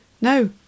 No